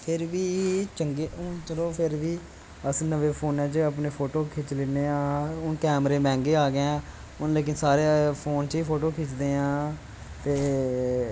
फिर बी चंगे हून चलो अस नमैं फोनै च अपने फोटो खिच्च लैने ऐं हून कैमरे मैंह्गे आ गे ऐं हून लेकिन सारे ई फोन च फोटो खिचदे ऐं ते